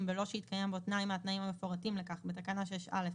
בלא שהתקיים בו תנאי מהתנאים המפורטים לכך בתקנה 6|(א),